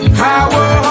power